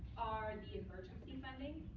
are the emergency funding.